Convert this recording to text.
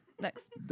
Next